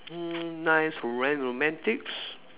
mm nice roman~ romantics